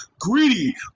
greedy